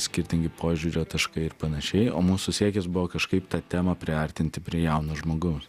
skirtingi požiūrio taškai ir panašiai o mūsų siekis buvo kažkaip tą temą priartinti prie jauno žmogaus